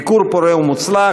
ביקור פורה ומוצלח.